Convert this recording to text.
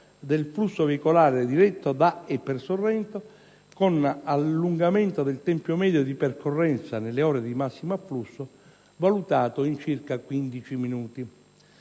del flusso veicolare diretto da e per Sorrento, con allungamento del tempo medio di percorrenza, nelle ore di massimo afflusso, valutato in circa quindici